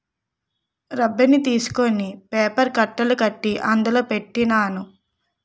రబ్బర్ని తీసుకొని పేపర్ కట్టలు కట్టి అందులో పెట్టినాను